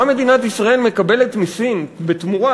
מה מדינת ישראל מקבלת מסין בתמורה?